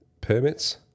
permits